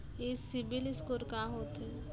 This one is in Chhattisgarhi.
ये सिबील स्कोर का होथे?